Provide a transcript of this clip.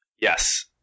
yes